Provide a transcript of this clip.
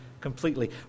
completely